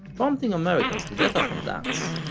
prompting americans to get up and dance.